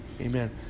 Amen